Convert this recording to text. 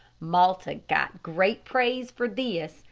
malta got great praise for this,